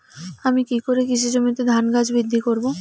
আমি কী করে কৃষি জমিতে ধান গাছ বৃদ্ধি করব?